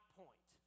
point